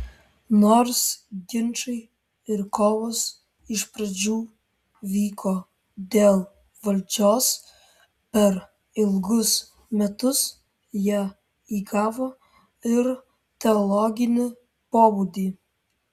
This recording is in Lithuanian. nors ginčai ir kovos iš pradžių vyko dėl valdžios per ilgus metus jie įgavo ir teologinį pobūdį